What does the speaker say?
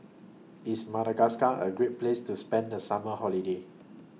IS Madagascar A Great Place to spend The Summer Holiday